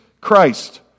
Christ